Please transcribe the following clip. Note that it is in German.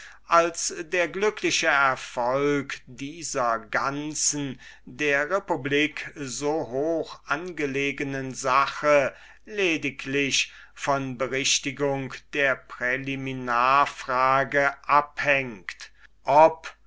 als der glückliche erfolg dieser ganzen der republik so hoch angelegnen sache lediglich von berichtigung der präliminarfrage abhängt ob